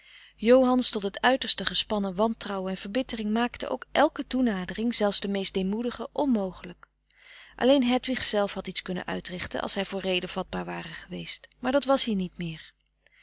komen johan's tot het uiterste gespannen wantrouwen en verbittering maakte ook elke toenadering zelfs de meest deemoedige onmogelijk alleen hedwig zelf had iets kunnen uitrichten als hij voor rede vatbaar ware geweest maar dat was hij niet meer